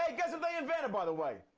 hey, guess what they invented, by the way?